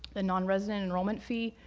the nonresident enrollment fee,